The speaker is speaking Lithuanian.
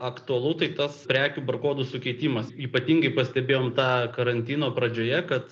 aktualu tai tas prekių kodų sukeitimas ypatingai pastebėjom tą karantino pradžioje kad